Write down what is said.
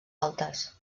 altes